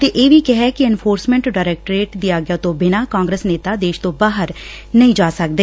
ਅਤੇ ਇਹ ਵੀ ਕਿਹੈ ਕਿ ਐਨਫੋਰਸਮੈਂਟ ਡਾਇਰੈਕਟੋਰੇਟ ਦੀ ਆਗਿਆ ਤੋਂ ਬਿਨਾਂ ਕਾਂਗਰਸ ਨੇਤਾ ਦੇਸ਼ ਚੋ ਬਾਹਰ ਨਹੀਂ ਜਾ ਸਕਦੇ